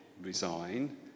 resign